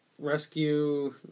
rescue